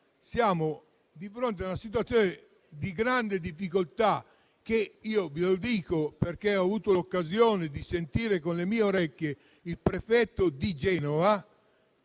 siamo di fronte a una situazione di grande difficoltà. Ve lo dico perché ho avuto l'occasione di sentire con le mie orecchie il prefetto di Genova